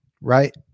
Right